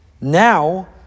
Now